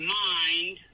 mind